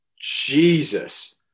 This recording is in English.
Jesus